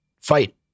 fight